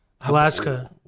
Alaska